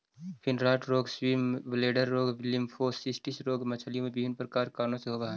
fin rot रोग, swim bladder रोग, lymphocystis रोग मछलियों में विभिन्न कारणों से होवअ हई